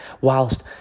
whilst